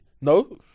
No